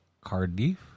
Cardiff